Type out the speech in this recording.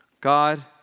God